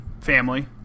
family